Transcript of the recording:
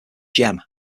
gem